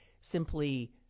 simply